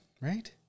right